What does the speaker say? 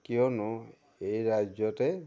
কিয়নো এই ৰাজ্যতে